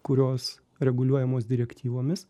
kurios reguliuojamos direktyvomis